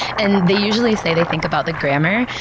and they usually say they think about the grammar,